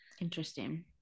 interesting